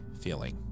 feeling